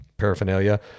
Paraphernalia